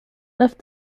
left